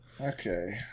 Okay